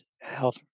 Health